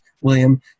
William